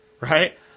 right